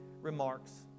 remarks